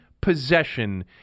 possession